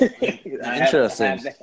interesting